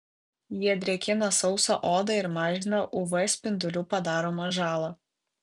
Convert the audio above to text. jie drėkina sausą odą ir mažina uv spindulių padaromą žalą